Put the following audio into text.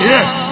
Yes